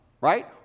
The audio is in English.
right